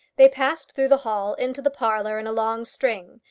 they passed through the hall into the parlour in a long string,